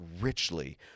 richly